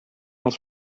els